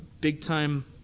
big-time